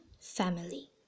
family